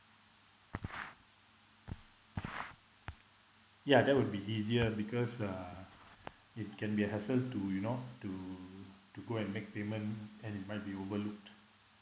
ya that will be easier because uh it can be a hassle to you know to to go and make payment and it might be overlooked